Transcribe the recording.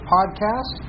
Podcast